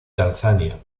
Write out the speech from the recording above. tanzania